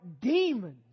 demons